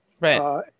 Right